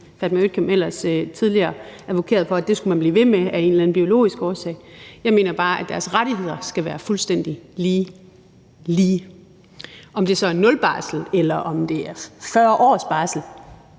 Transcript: Fatma Øktem ellers tidligere advokerede for, nemlig at det skulle man blive ved med af en eller anden biologisk årsag. Jeg mener bare, at deres rettigheder skal være fuldstændig lige, altså lige. Om det så er nul barsel, eller om det er 40 års barsel